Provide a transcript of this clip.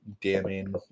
damning